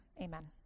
amen